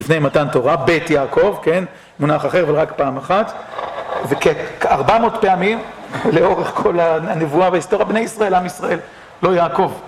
לפני מתן תורה, בית יעקב, מונח אחר אבל רק פעם אחת, וכארבע מאות פעמים, לאורך כל הנבואה וההיסטוריה, בני ישראל, עם ישראל, לא יעקב